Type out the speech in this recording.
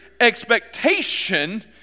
expectation